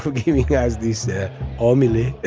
forgive me, guys. these they're all mealie